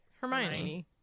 Hermione